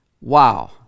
Wow